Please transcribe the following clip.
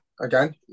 again